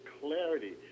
clarity